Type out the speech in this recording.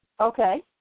Okay